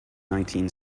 nineteen